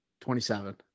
27